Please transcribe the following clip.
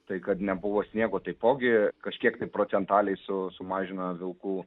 tai kad nebuvo sniego taipogi kažkiek kai procentaliai su sumažina vilkų